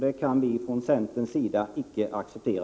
Det kan vi från centerns sida icke acceptera.